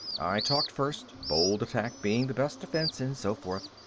i talked first, bold attack being the best defense and so forth.